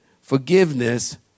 forgiveness